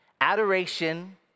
adoration